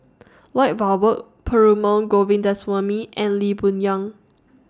Lloyd Valberg Perumal Govindaswamy and Lee Boon Yang